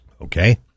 Okay